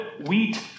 wheat